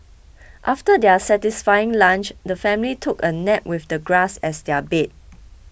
after their satisfying lunch the family took a nap with the grass as their bed